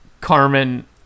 Carmen